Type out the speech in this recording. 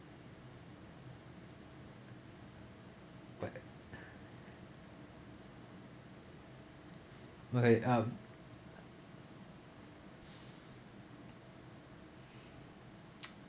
but okay um